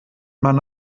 man